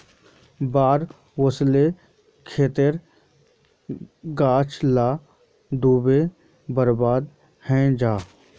बाढ़ ओस्ले खेतेर गाछ ला डूबे बर्बाद हैनं जाहा